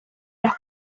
las